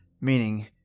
Meaning